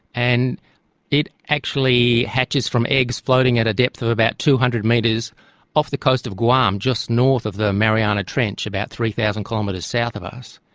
and it actually hatches from eggs floating at a depth of about two hundred metres off the coast of guam, just north of the mariana trench about three thousand kilometres south of us,